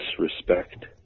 disrespect